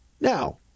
Now